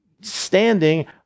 Standing